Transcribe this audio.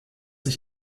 ich